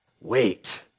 Wait